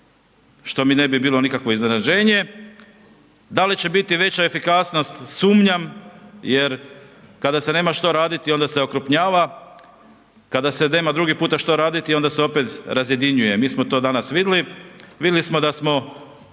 što mi ne bi bilo nikakvo iznenađenje, da li će biti veća efikasnost, sumnjam jer kada se nema što raditi, onda se okrupnjava, kada se nema drugi puta što raditi, onda se opet razjedinjuje, mi smo to danas vidili, vidili smo da smo